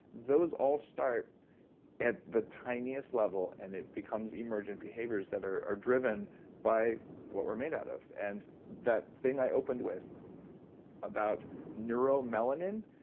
those all start at the tiniest level and it becomes emergent behaviors that are are driven by what we're made out of. and that thing i opened with about neuromelanin,